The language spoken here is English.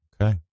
Okay